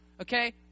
okay